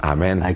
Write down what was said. Amen